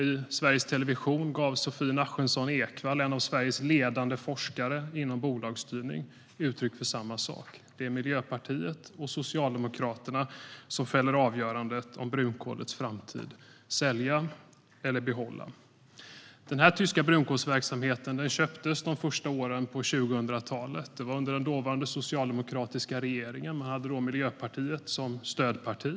I Sveriges Television gav Sophie Nachemson-Ekwall, en av Sveriges ledande forskare inom bolagsstyrning, uttryck för samma sak. Det är Miljöpartiet och Socialdemokraterna som fäller avgörandet om brunkolets framtid: sälja eller behålla. Den tyska brunkolsverksamheten köptes i början av 2000-talet under den dåvarande socialdemokratiska regeringen, som då hade Miljöpartiet som stödparti.